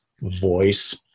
voice